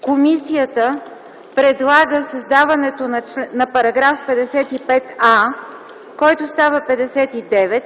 комисията предлага създаването на § 55а, който става § 59,